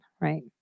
right